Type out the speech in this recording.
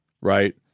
right